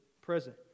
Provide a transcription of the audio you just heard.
present